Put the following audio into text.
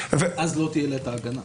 אז לא תהיה לה את ההגנה,